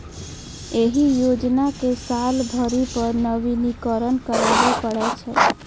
एहि योजना कें साल भरि पर नवीनीकरण कराबै पड़ै छै